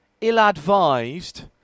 ill-advised